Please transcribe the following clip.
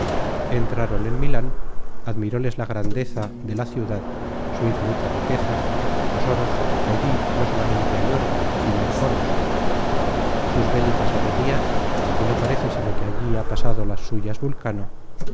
entraron en milan admiróles la grandeza de la ciudad su infinita riqueza sus oros que allí no solamente hay oro sino oros sus bélicas herrerías que no parece sino que allí ha pasado las suyas vulcano